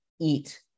eat